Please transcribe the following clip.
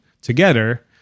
together